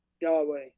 Yahweh